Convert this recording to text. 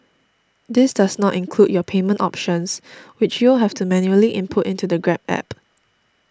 this does not include your payment options which you'll have to manually input into the Grab App